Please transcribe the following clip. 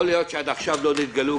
יכול להיות שעד עכשיו לא נתגלו.